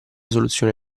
soluzione